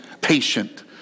patient